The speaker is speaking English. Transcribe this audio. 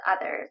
others